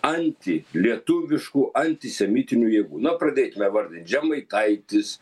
antilietuviškų antisemitinių jėgų na pradėkime vardint žemaitaitis